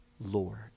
Lord